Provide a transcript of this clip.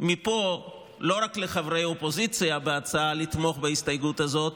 מפה לא רק לחברי האופוזיציה בהצעה לתמוך בהסתייגות הזאת,